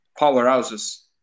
powerhouses